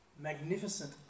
magnificent